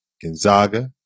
Gonzaga